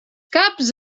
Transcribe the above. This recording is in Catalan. caps